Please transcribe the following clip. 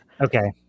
Okay